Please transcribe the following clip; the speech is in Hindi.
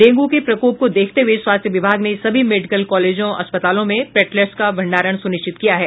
डेंगू के प्रकोप को देखते हुये स्वास्थ्य विभाग ने सभी मेडिकल कॉलेज अस्पतालों में प्लेटलेट्स का भंडारण सुनिश्चित किया है